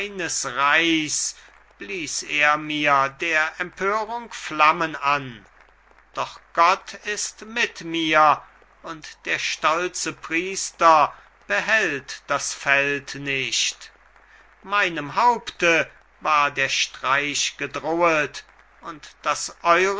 er mir der empörung flammen an doch gott ist mit mir und der stolze priester behält das feld nicht meinem haupte war der streich gedrohet und das